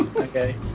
Okay